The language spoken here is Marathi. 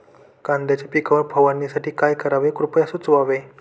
कांद्यांच्या पिकावर फवारणीसाठी काय करावे कृपया सुचवावे